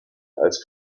als